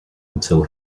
until